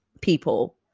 people